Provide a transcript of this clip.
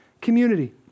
community